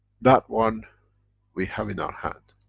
that one we have in our hand.